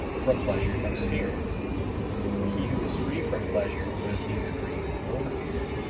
from pleasure comes fear he who is free from pleasure knows neither grief nor fear.